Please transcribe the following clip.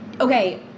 okay